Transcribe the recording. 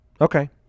Okay